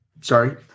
sorry